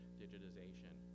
digitization